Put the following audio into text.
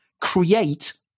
create